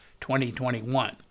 2021